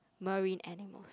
marine animal